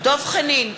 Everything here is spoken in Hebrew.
דב חנין,